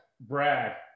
Brad